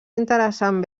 interessant